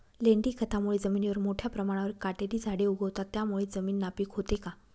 लेंडी खतामुळे जमिनीवर मोठ्या प्रमाणावर काटेरी झाडे उगवतात, त्यामुळे जमीन नापीक होते का?